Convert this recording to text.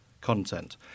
content